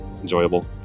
enjoyable